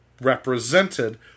represented